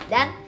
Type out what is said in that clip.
Dan